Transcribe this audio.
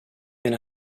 mina